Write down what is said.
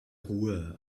ruhe